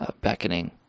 beckoning